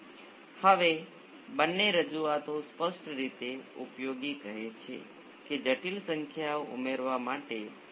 તેથી આ એક શ્રેણી R L C સર્કિટ છે અને તમે સમાંતર R L C સર્કિટ માટે સમાન રીતે અન્ય જટિલ સંયોજનો પણ ધરાવી શકો છો